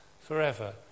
forever